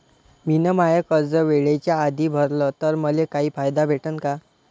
मिन माय कर्ज वेळेच्या आधी भरल तर मले काही फायदा भेटन का?